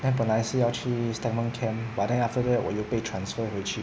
then 本来是要去 stagmont camp but then after that 我又被 transfer 回去